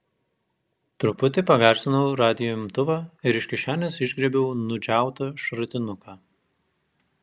truputį pagarsinau radijo imtuvą ir iš kišenės išgriebiau nudžiautą šratinuką